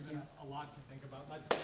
a lot to think about, let's